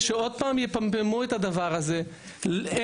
אני